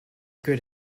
good